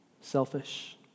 selfish